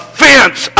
fence